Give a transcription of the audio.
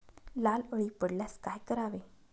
लाल अळी पडल्यास काय करावे?